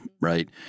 right